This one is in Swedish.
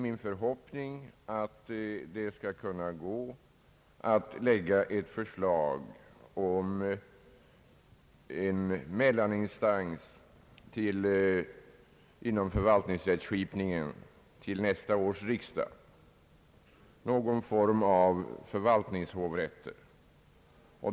Min förhoppning är emellertid att det skall kunna gå att framlägga ett förslag om en mellaninstans inom förvaltningsrättskipningen till nästa års riksdag, ett förslag om någon form av förvaltningshovrätt.